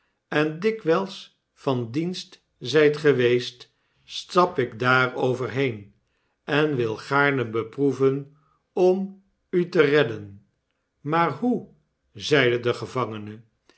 en dikwijls van dienst zijt geweest stap ik daarover heen en wil gaarne beproeven om u te redden maar hoe zeide de gevangene